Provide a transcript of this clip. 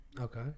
Okay